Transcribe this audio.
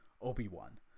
obi-wan